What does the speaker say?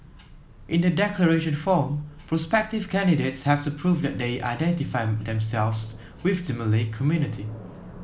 in the declaration form prospective candidates have to prove that they identify themselves with the Malay community